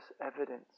evidence